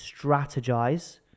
strategize